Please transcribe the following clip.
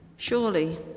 Surely